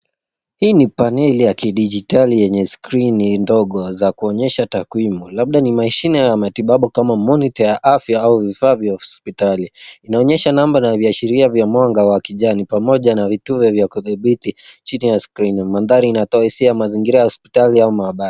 Hii ni paneli ya kidijitali yenye skrini ndogo za kuonyesha takwimu labda ni mashine ya matibabu kama monitor ya afya au vifaa vya hospitali. Inaonyesha namba na viashiria vya mwanga wa kijani pamoja na vitufe vya kudhibiti chini ya skrini. Mandhari inatoa hisia ya mazingira ya hospitali au maabara.